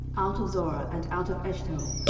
out of zorah and out of eshtaol,